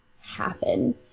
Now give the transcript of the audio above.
happen